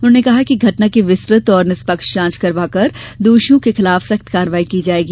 उन्होंने कहा कि घटना की विस्तुत और निष्पक्ष जाँच करवाकर दोषियों के विरूद्ध सख्त कार्रवाई की जाएगी